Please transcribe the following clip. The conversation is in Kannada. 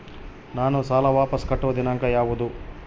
ನಾನು ಸಾಲ ವಾಪಸ್ ಕಟ್ಟುವ ದಿನಾಂಕ ಯಾವುದು?